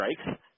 strikes